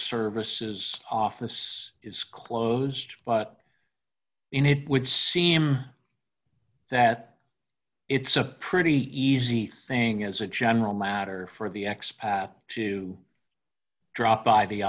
services office is closed but in it would seem that it's a pretty easy thing as a general matter for the x path to drop by the